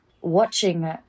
watching